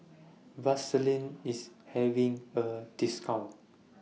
Vaselin IS having A discount